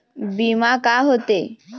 बीमा का होते?